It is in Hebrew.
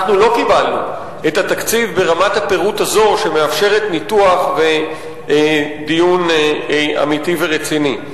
לא קיבלנו את התקציב ברמת הפירוט הזו שמאפשרת ניתוח ודיון אמיתי ורציני.